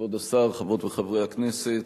כבוד השר, חברות וחברי הכנסת,